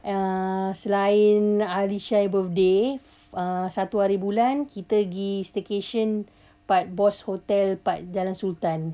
uh selain alesya punya birthday uh satu hari bulan kita pergi staycation kat boss hotel kat jalan sultan